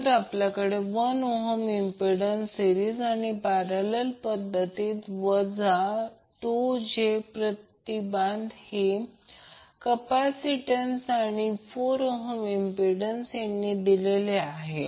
नंतर आपल्याकडे 1 ohm impedance series आणि पॅरलल पद्धतीत वजा 2j प्रति बाध हे कॅपॅसितन्स आणि 4 ohm इम्पिडंस यांनी दिलेले आहे